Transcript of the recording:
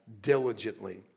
diligently